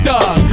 Dog